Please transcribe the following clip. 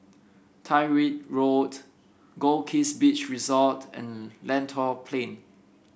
Tyrwhitt Road Goldkist Beach Resort and Lentor Plain